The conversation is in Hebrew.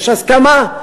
יש הסכמה,